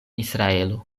israelo